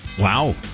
Wow